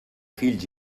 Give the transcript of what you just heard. fills